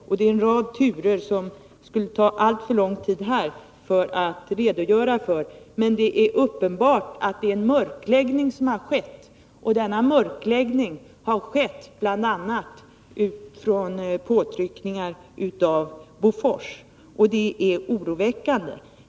Det har varit åtskilliga turer som det skulle ta alltför lång tid att här redogöra för. Men det är uppenbart att det är en mörkläggning som har skett, bl.a. efter påtryckningar från Bofors. Det är oroväckande.